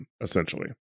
essentially